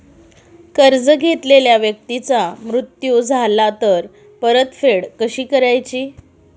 कर्ज घेतलेल्या व्यक्तीचा मृत्यू झाला तर परतफेड कशी करायची?